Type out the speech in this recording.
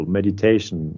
meditation